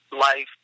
life